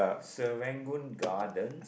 Serangoon Gardens